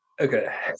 Okay